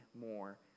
more